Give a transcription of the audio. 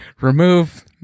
remove